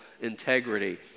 integrity